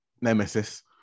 nemesis